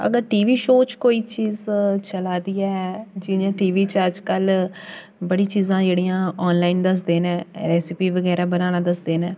अगर TV show च कोई चीज चला दी ऐ जि'यां टीवी च अज्जकल बड़ी चीज़ां जेह्ड़ियां आनलाइन दसदे न रैस्पी बगैरा बनाना दसदे न